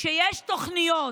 שיש תוכניות